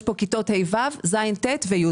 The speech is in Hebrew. יש כאן כיתות ה'-ו', ז'-ט' ו-י'.